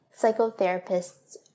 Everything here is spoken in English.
Psychotherapists